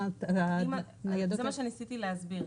זה מה שניסיתי להסביר.